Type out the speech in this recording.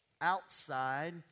outside